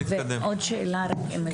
עוד שאלה רק אם אפשר.